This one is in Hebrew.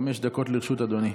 חמש דקות לרשות אדוני.